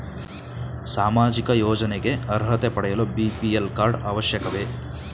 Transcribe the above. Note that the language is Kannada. ಸಾಮಾಜಿಕ ಯೋಜನೆಗೆ ಅರ್ಹತೆ ಪಡೆಯಲು ಬಿ.ಪಿ.ಎಲ್ ಕಾರ್ಡ್ ಅವಶ್ಯಕವೇ?